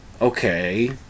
Okay